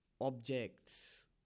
objects